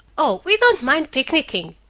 oh, we don't mind picnicking,